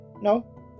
No